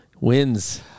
wins